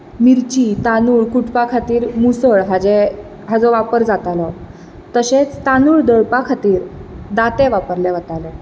मिरची तांदूळ खुटपा खातीर मुसळ हाचे हाचो वापर जातालो तशेंच तांदूळ दळपा खातीर दांतें वापरलें वतालें